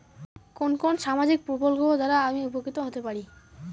কোন কোন সামাজিক প্রকল্প দ্বারা আমি উপকৃত হতে পারি?